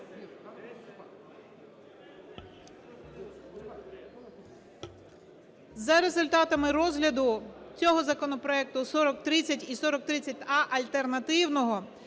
За результатами розгляду цього законопроекту, 4030 і 4030а (альтернативного),